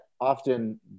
often